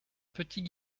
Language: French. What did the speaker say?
petit